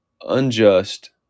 unjust